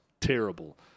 terrible